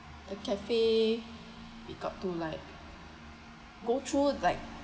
the cafe we got to like go through like